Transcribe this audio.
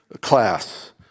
class